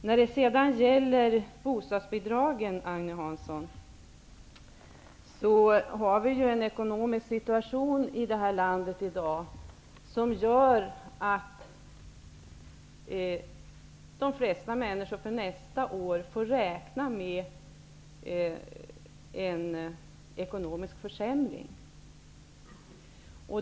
När det gäller bostadsbidragen, Agne Hansson, har vi ju i dag en ekonomisk situation i det här landet som gör att de flesta människor för nästa år får räkna med en ekonomisk försämring.